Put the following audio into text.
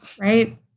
Right